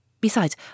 Besides